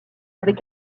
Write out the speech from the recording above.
avec